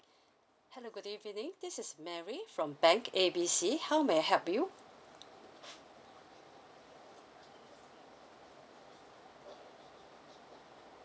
hello good evening this is Mary from bank A B C how may I help you